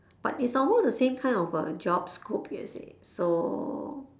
but it's almost the same kind of uh job scope you see so